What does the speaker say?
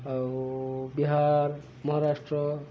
ଆଉ ବିହାର ମହାରାଷ୍ଟ୍ର